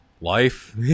life